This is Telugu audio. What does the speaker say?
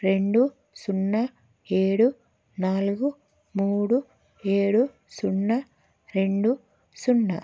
రెండు సున్నా ఏడు నాలుగు మూడు ఏడు సున్నా రెండు సున్నా